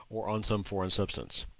or on some foreign substance.